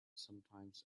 sometimes